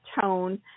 tone